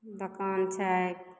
दोकान छै